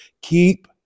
keep